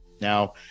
Now